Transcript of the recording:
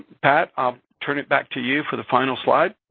pat, i'll turn it back to you for the final slide.